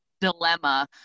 dilemma